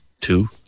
two